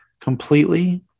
completely